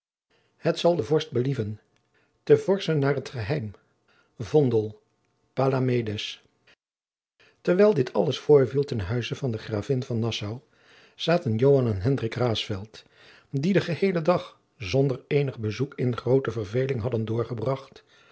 het zal den vorst believen te vorschen naer t geheim v o n d e l palamedes terwijl dit alles voorviel ten huize van de gravin van nassau zaten joan en hendrik raesfelt die den geheelen dag zonder eenig bezoek in groote verveling hadden doorgebracht